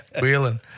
wheeling